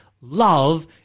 love